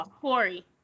Corey